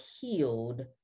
healed